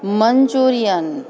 Manchurian